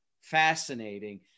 fascinating